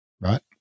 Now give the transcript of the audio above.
right